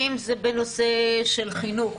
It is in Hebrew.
אם זה בנושא של חינוך